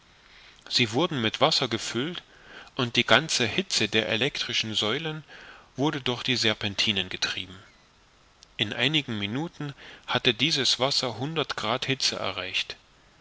sie wurden mit wasser gefüllt und die ganze hitze der elektrischen säulen wurde durch die serpentinen getrieben in einigen minuten hatte dieses wasser hundert grad hitze erreicht